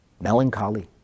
melancholy